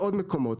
בעוד מקומות.